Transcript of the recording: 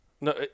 No